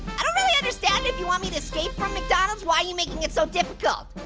i don't really understand. if you want me to escape from mcdonald's, why are you making it so difficult?